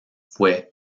fue